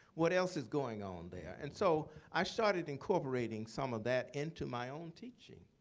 what else is going on there? and so i started incorporating some of that into my own teaching.